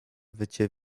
wycie